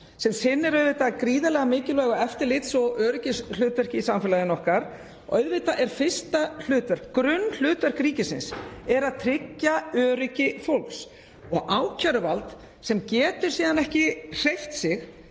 sem sinnir auðvitað gríðarlega mikilvægu eftirlits- og öryggishlutverki í samfélagi okkar. Auðvitað er fyrsta hlutverk, grunnhlutverk ríkisins að tryggja öryggi fólks. Ákæruvald sem getur síðan ekki hreyft sig